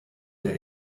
der